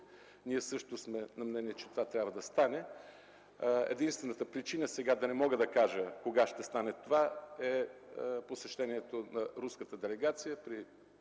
– също сме на мнение, че това трябва да стане. Единствената причина сега да не мога да кажа кога ще стане това е посещението на руската делегация при